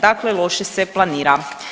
Dakle, loše se planira.